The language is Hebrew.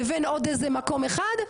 לבין עוד איזה מקום אחד,